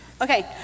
Okay